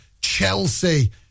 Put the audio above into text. Chelsea